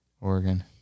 Oregon